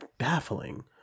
baffling